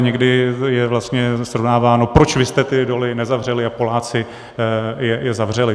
A někdy je vlastně srovnáváno, proč vy jste ty doly nezavřeli a Poláci je zavřeli.